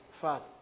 fast